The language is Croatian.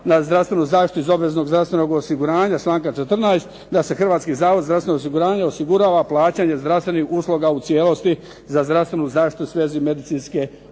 na zdravstvenu zaštitu iz obveznog zdravstvenog osiguranja članka 14. da se Hrvatski zavod za zdravstveno osiguranje osigurava plaćanje zdravstvenih usluga u cijelosti za zdravstvenu zaštitu u svezi medicinske oplodnje.